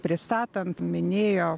pristatant minėjo